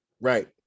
Right